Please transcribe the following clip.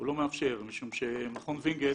כי אנשי מכון וינגייט